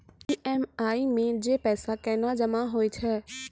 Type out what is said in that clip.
EMI मे जे पैसा केना जमा होय छै?